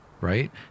right